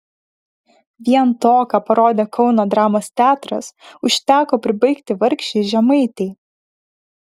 vien to ką parodė kauno dramos teatras užteko pribaigti vargšei žemaitei